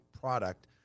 product